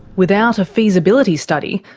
without a feasibility study,